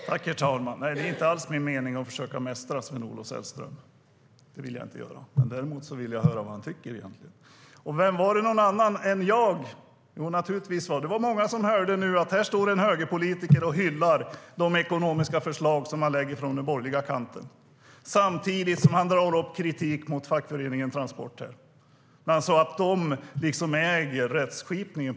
Herr talman! Det är inte alls min mening att försöka mästra Sven-Olof Sällström. Det vill jag inte göra. Däremot vill jag höra vad han egentligen tycker. Det var många fler än jag som nu hörde en högerpolitiker stå här och hylla de ekonomiska förslag som den borgerliga kanten lägger fram. Samtidigt drar han upp kritik mot fackföreningen Transport när han säger att de på något vis äger rättskipningen.